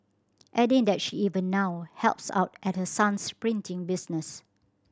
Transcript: adding that she even now helps out at her son's printing business